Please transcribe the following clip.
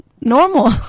normal